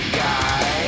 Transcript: guy